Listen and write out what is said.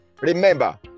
remember